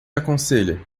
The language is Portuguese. aconselha